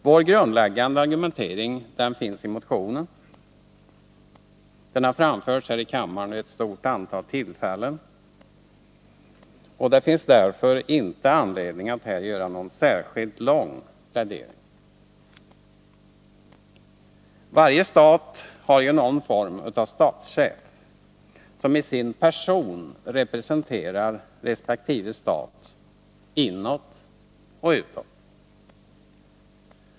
Vår grundläggande argumentering finns i motionen, den har framförts här i kammaren vid ett stort antal tillfällen och det finns därför inte anledning att här göra någon särskilt lång plädering. Varje stat har ju någon form av statschef, som i sin person representerar resp. stat inåt och utåt.